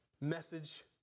message